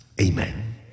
Amen